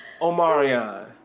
Omarion